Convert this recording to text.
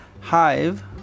Hive